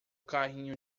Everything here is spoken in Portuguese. carrinho